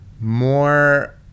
more